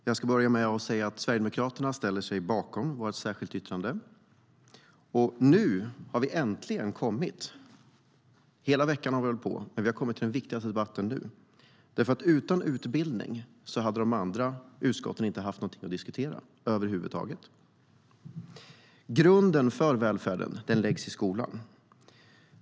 STYLEREF Kantrubrik \* MERGEFORMAT Utbildning och universitetsforskningHela veckan har vi debatterat, men nu har vi äntligen kommit till den viktigaste debatten. Utan utbildning hade de andra utskotten nämligen inte haft något att diskutera över huvud taget. Grunden för välfärden läggs i skolan.